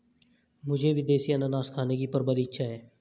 मुझे विदेशी अनन्नास खाने की प्रबल इच्छा है